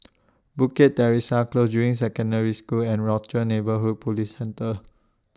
Bukit Teresa Close Juying Secondary School and Rochor Neighborhood Police Centre